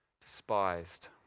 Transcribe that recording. Despised